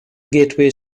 gateway